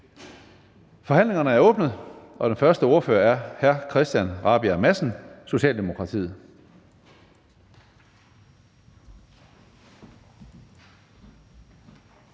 Forhandlingen er åbnet, og den første ordfører er hr. Christian Rabjerg Madsen, Socialdemokratiet.